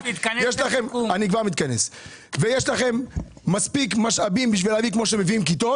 יש לכם מספיק משאבים בשביל להביא כמו שמביאים כיתות.